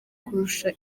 kurusha